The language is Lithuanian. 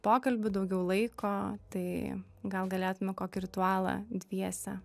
pokalbių daugiau laiko tai gal galėtume kokį ritualą dviese